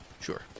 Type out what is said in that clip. Sure